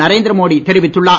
நரேந்திர மோடி தெரிவித்துள்ளார்